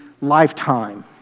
lifetime